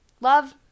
love